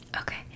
Okay